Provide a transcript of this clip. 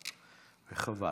וחבל.